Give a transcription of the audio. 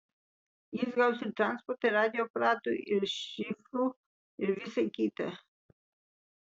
jis gaus ir transportą ir radijo aparatų ir šifrų ir visa kita